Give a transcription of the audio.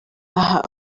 aha